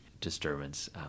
disturbance